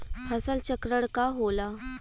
फसल चक्रण का होला?